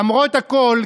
למרות הכול,